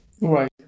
Right